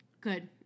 Good